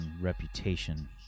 reputation